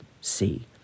see